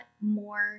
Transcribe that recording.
more